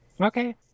Okay